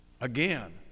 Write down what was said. Again